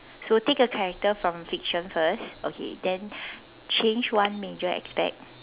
so take a character from fiction first okay then change one major aspect